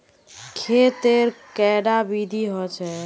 खेत तेर कैडा विधि होचे?